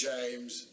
James